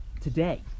today